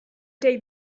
take